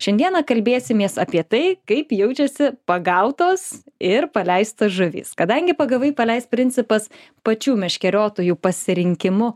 šiandieną kalbėsimės apie tai kaip jaučiasi pagautos ir paleistos žuvys kadangi pagavai paleisk principas pačių meškeriotojų pasirinkimu